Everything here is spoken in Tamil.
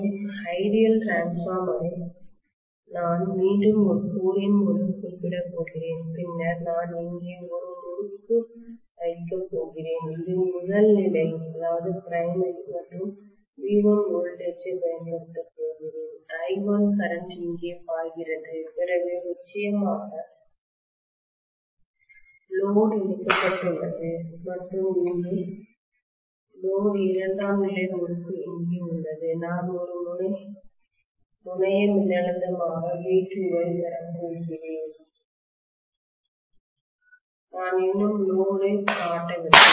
எனவே ஒரு சிறந்தஐடியல்டிரான்ஸ்பார்மரில் நான் மீண்டும் ஒரு கோரின் மூலம் குறிப்பிடப் போகிறேன் பின்னர் நான் இங்கே ஒரு முறுக்கு வைக்கப் போகிறேன் இது முதல் நிலைபிறைமரி மற்றும் V1 வோல்டேஜ் ஐப் பயன்படுத்தப் போகிறேன் I1 கரண்ட் இங்கே பாய்கிறது பிறகு நிச்சயமாக லோடு இணைக்கப்பட்டுள்ளது மற்றும் இங்கே இரண்டாம் நிலை முறுக்கு இங்கே உள்ளது நான் ஒரு முனைய மின்னழுத்தமாக V2 ஐ பெறப்போகிறேன் நான் இன்னும் லோடு காட்டவில்லை